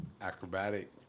acrobatic